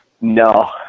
No